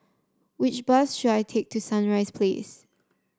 which bus should I take to Sunrise Place